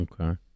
Okay